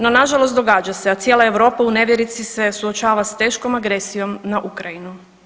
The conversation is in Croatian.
No nažalost događa, a cijela Europa u nevjerici se suočava s teškom agresijom na Ukrajinu.